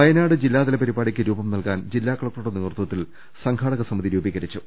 വയനാട് ജില്ലാതല പരിപാടിക്ക് രൂപം നൽകാൻ ജില്ലാ കലക്ട റുടെ നേതൃത്വത്തിൽ സംഘാടക സമിതി രൂപീകരിച്ചു